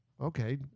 okay